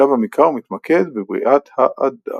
שב המקרא ומתמקד בבריאת האדם.